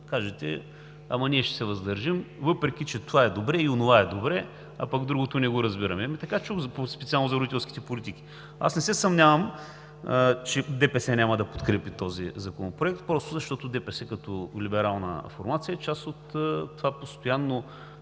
кажете: ама ние ще се въздържим, въпреки че това е добре и онова е добре, а пък другото не го разбираме. Ами така чух, по-специално за родителските политики. Аз не се съмнявам, че ДПС няма да подкрепи този законопроект, просто защото ДПС като либерална формация е част от това постоянно